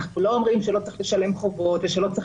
אנחנו לא אומרים שלא צריך לשלם חובות ושלא צריך